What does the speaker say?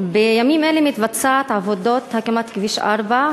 בימים אלה מתבצעת עבודות הקמת כביש 4,